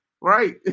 right